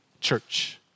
church